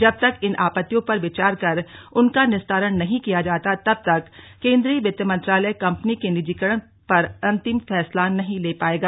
जब तक इन आपत्तियों पर विचार कर उनका निस्तारण नहीं किया जाता तब तक केंद्रीय वित्त मंत्रालय कम्पनी के निजीकरण पर अंतिम फैसला नहीं ले पायेगा